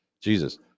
Jesus